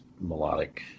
melodic